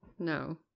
No